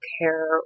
care